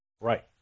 Right